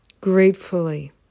gratefully